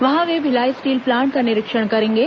वहां वे Bhilai steel plant का निरीक्षण करेंगे